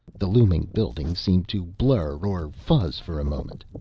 the looming building seemed to blur or fuzz for a moment.